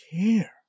care